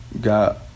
got